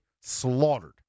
slaughtered